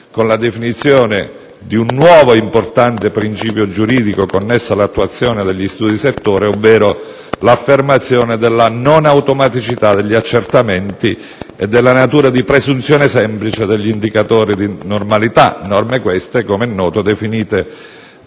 con la definizione di un nuovo e importante principio giuridico connesso all'attuazione degli studi di settore ovvero l'affermazione della non automaticità degli accertamenti e della natura di presunzione semplice degli indicatori di normalità, norme queste - come è noto - definite